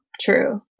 True